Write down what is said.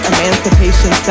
Emancipation